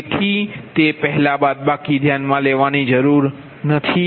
તેથી તે પહેલાં બાદબાકી ધ્યાનમાં લેવાની જરૂર નથી